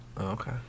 Okay